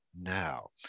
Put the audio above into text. now